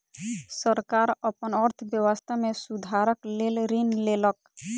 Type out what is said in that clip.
सरकार अपन अर्थव्यवस्था में सुधारक लेल ऋण लेलक